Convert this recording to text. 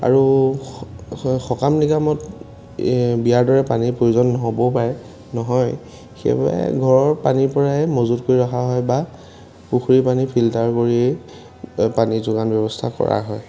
আৰু সকাম নিকামত বিয়াৰ দৰে পানীৰ প্ৰয়োজন নহ'বও পাৰে নহয় সেইবাবে ঘৰৰ পানীৰপৰাই মজুদ কৰি ৰখা হয় বা পুখুৰীৰ পানী ফিল্টাৰ কৰিয়েই পানীৰ যোগান ব্যৱস্থা কৰা হয়